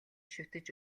шүтэж